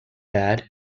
bad